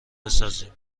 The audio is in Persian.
بسازیم